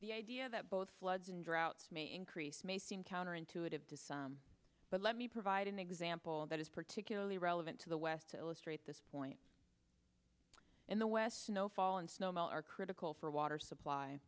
the idea that both floods and droughts may increase may seem counterintuitive to some but let me provide an example that is particularly relevant to the west to illustrate this point in the west snow fall and snow melt are critical for water supply